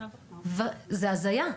זו הזיה.